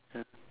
yeah